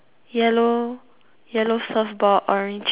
yellow yellow surf board orange pants